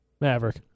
Maverick